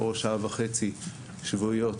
או שעה וחצי שבועיות,